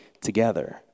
together